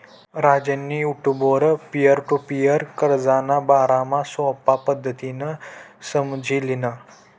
राजेंनी युटुबवर peer to peer कर्जना बारामा सोपा पद्धतीनं समझी ल्हिनं